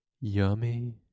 yummy